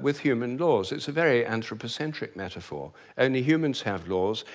with human laws. it's a very anthropocentric metaphor only humans have laws.